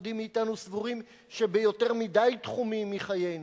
אחדים מאתנו סבורים שביותר מדי תחומים מחיינו,